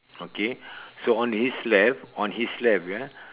okay so on his left on his left eh